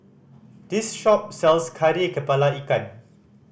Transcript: this shop sells Kari Kepala Ikan